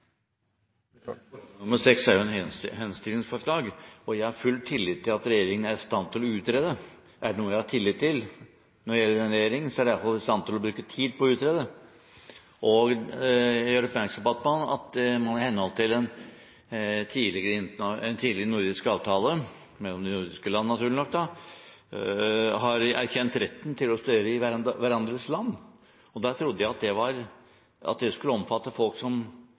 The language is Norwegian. jo et henstillingsforslag. Jeg har full tillit til at regjeringen er i stand til å utrede. Er det noe jeg har tillit til når det gjelder denne regjeringen, er det at de i alle fall er i stand til å bruke tid på å utrede. Jeg gjør oppmerksom på at man i henhold til en tidligere inngått nordisk avtale – mellom de nordiske land, naturlig nok – har erkjent retten til å studere i hverandres land. Jeg trodde at det skulle omfatte alle folk og ikke bare de som